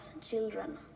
children